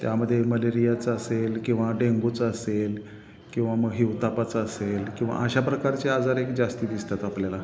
त्यामध्ये मलेरियाचा असेल किंवा डेंगूचा असेल किंवा मग हिवतापाचं असेल किंवा अशा प्रकारचे आजार एक जास्त दिसतात आपल्याला